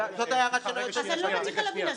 יש חוק היועצים המשפטיים.